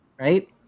right